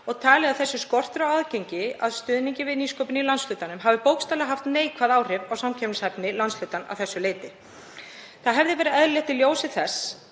og talið að þessi skortur á aðgengi að stuðningi við nýsköpun í landshlutanum hafi bókstaflega haft neikvæð áhrif á samkeppnishæfni landshlutans að þessu leyti. Það hefði verið eðlilegt í ljósi þess